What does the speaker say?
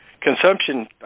consumption